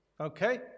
okay